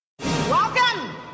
Welcome